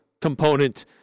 component